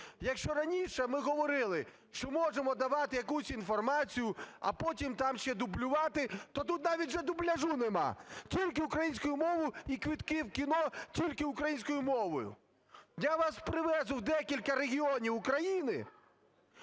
Якщо раніше ми говорили, що можемо давати якусь інформацію, а потім там ще дублювати. То тут навіть вже дубляжу немає. Тільки українською мовою і квитки в кіно тільки українською мовою. Я вас привезу в декілька регіонів України,